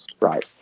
Right